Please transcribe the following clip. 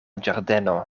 ĝardeno